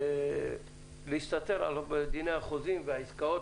אפשרות להסתתר מאחורי סעיף זה או אחר בדיני החוזים והעסקאות.